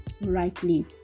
rightly